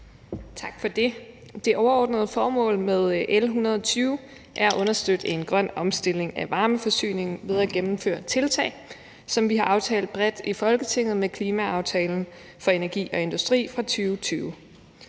Tak for det. Det overordnede formål med L 120 er at understøtte en grøn omstilling af varmeforsyningen ved at gennemføre tiltag, som vi har aftalt bredt i Folketinget med »Klimaaftale for energi og industri mv. 2020«